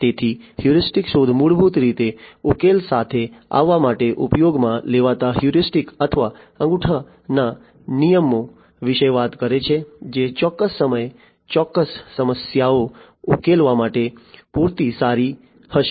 તેથી હ્યુરિસ્ટિક શોધ મૂળભૂત રીતે ઉકેલો સાથે આવવા માટે ઉપયોગમાં લેવાતા હ્યુરિસ્ટિક્સ અથવા અંગૂઠાના નિયમો વિશે વાત કરે છે જે ચોક્કસ સમયે ચોક્કસ સમસ્યાઓ ઉકેલવા માટે પૂરતી સારી હશે